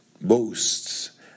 boasts